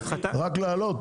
רק להעלות?